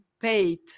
paid